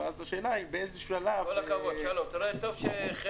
(ה) "בעל רישיון